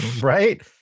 right